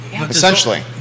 Essentially